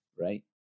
right